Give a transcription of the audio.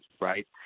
right